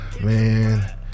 man